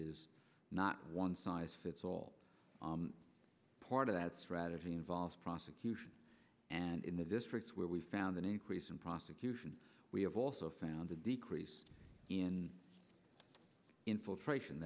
is not one size fits all part of that strategy involves and in the districts where we found an increase in prosecution we have also found a decrease in infiltration